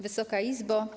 Wysoka Izbo!